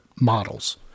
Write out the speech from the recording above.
models